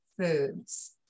Foods